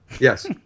yes